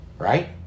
Right